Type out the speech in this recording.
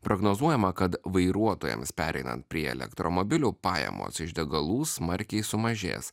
prognozuojama kad vairuotojams pereinant prie elektromobilių pajamos iš degalų smarkiai sumažės